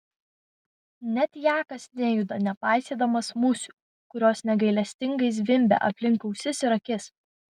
net jakas nejuda nepaisydamas musių kurios negailestingai zvimbia aplink ausis ir akis